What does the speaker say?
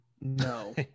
No